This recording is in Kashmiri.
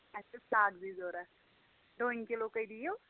اَسہِ چھِ کاگزی ضوٚرَتھ ڈوٗنۍ کِلوٗ کٔہۍ دییُو